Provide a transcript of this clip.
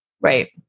Right